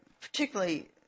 particularly